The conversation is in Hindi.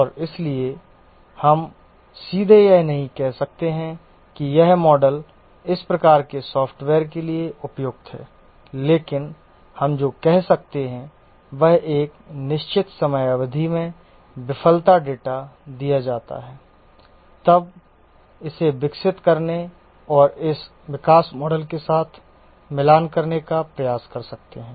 और इसलिए हम सीधे यह नहीं कह सकते हैं कि यह मॉडल इस प्रकार के सॉफ़्टवेयर के लिए उपयुक्त है लेकिन हम जो कर सकते हैं वह एक निश्चित समय अवधि में विफलता डेटा दिया जाता है हम इसे विकसित करने और इन विकास मॉडल के साथ मिलान करने का प्रयास कर सकते हैं